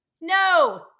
no